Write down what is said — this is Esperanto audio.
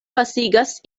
pasigas